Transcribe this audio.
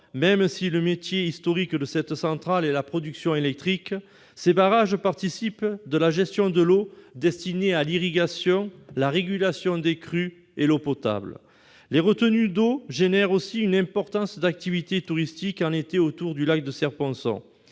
même si le métier historique de cette centrale est la production électrique, les barrages participent de la gestion de l'eau destinée à l'irrigation, à la régulation des crues et à l'eau potable. Les retenues d'eau suscitent aussi une importante activité touristique en été autour du lac de Serre-Ponçon.